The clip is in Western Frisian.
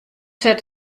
set